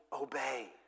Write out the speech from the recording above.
obey